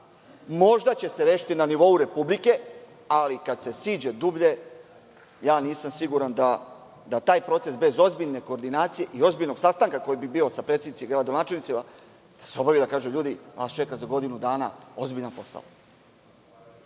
Možda će se rešiti na nivou republike, ali kad se siđe dublje nisam siguran da taj proces bez ozbiljne koordinacije i ozbiljnog sastanka, koji bi bio sa predsednicima i gradonačelnicima da se obavi i da se kaže – ljudi vas čeka za godinu dana ozbiljan posao.Za